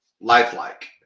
lifelike